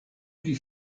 pri